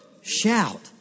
Shout